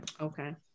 okay